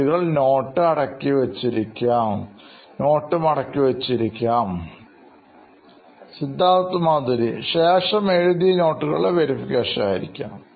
Siddharth Maturi CEO Knoin Electronics ശേഷം എഴുതിയ Notes കളുടെവെരിഫിക്കേഷൻ ആയിരിക്കാം